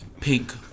pink